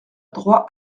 droit